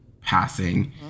passing